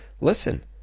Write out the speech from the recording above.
listen